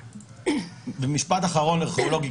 משפט אחרון ארכיאולוגי,